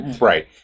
Right